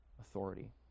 authority